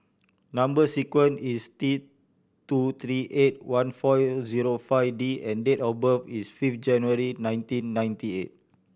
number sequence is T two three eight one four zero five D and date of birth is fifth January nineteen ninety eight